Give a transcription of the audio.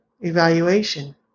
evaluation